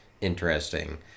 interesting